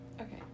Okay